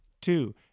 Two